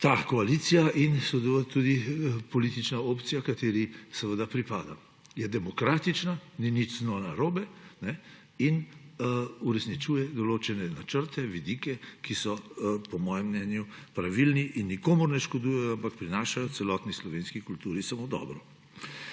ta koalicija in seveda tudi politična opcija, kateri pripadam. Je demokratična, ni nič z njo narobe in uresničuje določene načrte, vidike, ki so po mojem mnenju pravilni in nikomur ne škodujejo, ampak prinašajo celotni slovenski kulturi samo dobro.